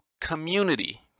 Community